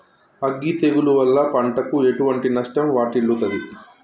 అగ్గి తెగులు వల్ల పంటకు ఎటువంటి నష్టం వాటిల్లుతది?